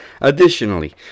Additionally